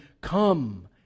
Come